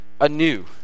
anew